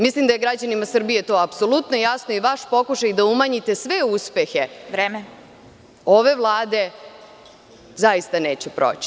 Mislim da je građanima Srbije to apsolutno jasno i vaš pokušaj da umanjite sve uspehe ove vlade zaista neće proći.